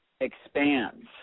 expands